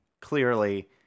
clearly